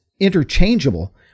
interchangeable